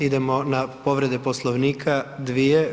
Idemo na povrede Poslovnika, dvije.